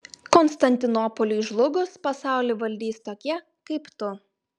konstantinopoliui žlugus pasaulį valdys tokie kaip tu